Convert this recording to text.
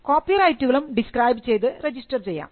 കോപ്പിറൈറ്റുകളും describe ചെയ്തു register ചെയ്യാം